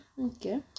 okay